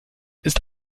ist